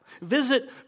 Visit